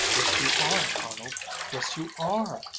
yes, you are, arnold yes, you are!